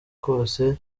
kose